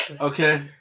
Okay